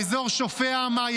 לא אתה.